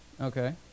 okay